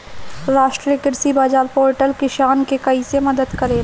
राष्ट्रीय कृषि बाजार पोर्टल किसान के कइसे मदद करेला?